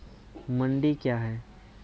मंडी क्या हैं?